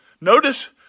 Notice